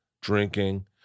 drinking